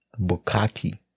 Bukaki